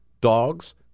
dogs